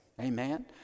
Amen